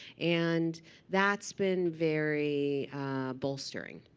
and that's been very bolstering,